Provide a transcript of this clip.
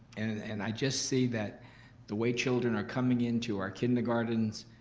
and i just say that the way children are coming into our kindergartens